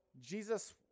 Jesus